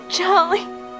Charlie